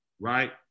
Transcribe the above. right